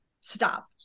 stop